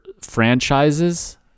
franchises